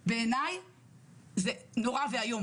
הייתי חמש שנים חברת מועצת עיר בגבעת שמואל,